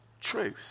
truth